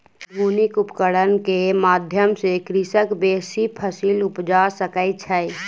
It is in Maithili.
आधुनिक उपकरण के माध्यम सॅ कृषक बेसी फसील उपजा सकै छै